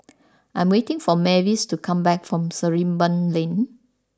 I am waiting for Mavis to come back from Sarimbun Lane